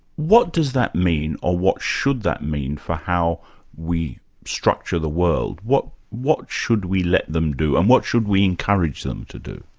what does that mean, or what should that mean for how we structure the world? what what should we let them do? and what should we encourage them to do?